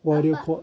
واریاہ